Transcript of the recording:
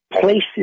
places